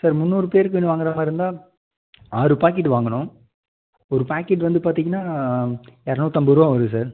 sir முந்நூறு பேருக்கு வாங்குகிற மாதிரி இருந்தால் ஆறு பாக்கெட் வாங்கணும் ஒரு பாக்கெட் வந்து பார்த்தீங்கன்னா எரநூத்தம்பது ரூபா வருது சார்